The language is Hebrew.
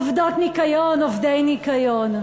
עובדות ניקיון, עובדי ניקיון.